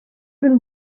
been